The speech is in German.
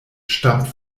stammt